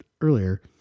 earlier